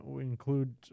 include